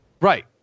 Right